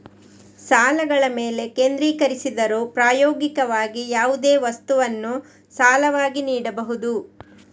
ಸಾಲಗಳ ಮೇಲೆ ಕೇಂದ್ರೀಕರಿಸಿದರೂ, ಪ್ರಾಯೋಗಿಕವಾಗಿ, ಯಾವುದೇ ವಸ್ತುವನ್ನು ಸಾಲವಾಗಿ ನೀಡಬಹುದು